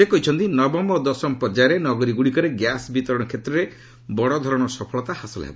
ସେ କହିଛନ୍ତି ନବମ ଓ ଦଶମ ପର୍ଯ୍ୟାୟରେ ନଗରୀ ଗୁଡ଼ିକରେ ଗ୍ୟାସ୍ ବିତରଣ କ୍ଷେତ୍ରରେ ବଡ଼ଧରଣର ସଫଳତା ହାସଲ ହେବ